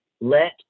Let